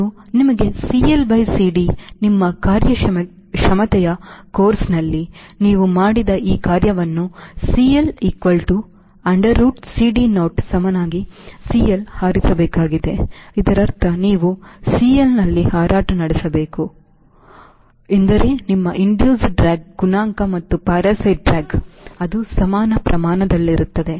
ಮತ್ತು ನಿಮಗೆ CLCD ನಿಮ್ಮ ಕಾರ್ಯಕ್ಷಮತೆಯ ಕೋರ್ಸ್ನಲ್ಲಿ ನೀವು ಮಾಡಿದ ಈ ಕಾರ್ಯವನ್ನು CL equal to under root CD naught ಸಮನಾಗಿ CLನಲ್ಲಿ ಹಾರಿಸಬೇಕಾಗಿದೆ ಇದರರ್ಥ ನೀವು CLನಲ್ಲಿ ಹಾರಾಟ ನಡೆಸಬೇಕು ಎಂದರೆ ನಿಮ್ಮ induced ಡ್ರ್ಯಾಗ್ ಗುಣಾಂಕ ಮತ್ತು Parasite ಡ್ರ್ಯಾಗ್ ಅವು ಸಮಾನ ಪ್ರಮಾಣದಲ್ಲಿರುತ್ತವೆ